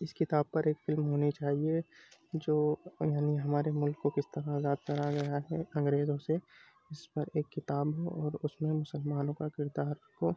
اس کتاب پر ایک فلم ہونی چاہیے جو یعنی ہمارے ملک کو کس طرح آزاد کرایا گیا ہے انگریزوں سے اس پر ایک کتاب ہو اور اس میں مسلمانوں کا کردار ہو